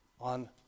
on